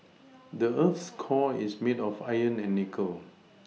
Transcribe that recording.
the earth's core is made of iron and nickel